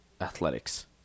athletics